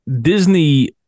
Disney